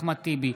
אחמד טיבי.